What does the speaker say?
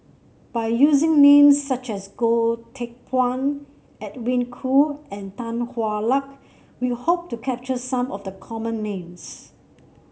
by using names such as Goh Teck Phuan Edwin Koo and Tan Hwa Luck we hope to capture some of the common names